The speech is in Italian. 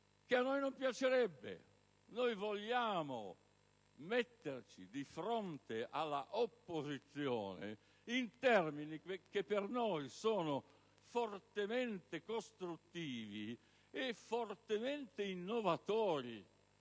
che a noi non piacerebbe. Vogliamo metterci di fronte all'opposizione in termini che per noi sono fortemente costruttivi e fortemente innovatori.